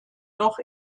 noch